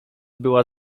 była